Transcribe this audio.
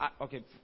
okay